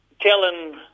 telling